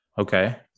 Okay